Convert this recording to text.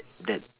that